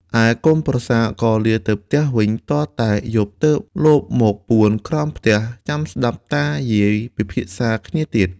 ឯកូនប្រសាក៏លាទៅផ្ទះវិញ ទាល់តែយប់ទើបលបមកពួនក្រោមផ្ទះចាំស្តាប់តាយាយពិភាក្សាគ្នាទៀត។